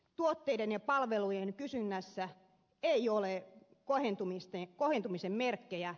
tuotteiden ja palvelujen kysynnässä ei ole kohentumisen merkkejä